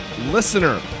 Listener